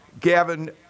Gavin